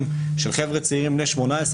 ששייכים לחבר'ה צעירים בני 18,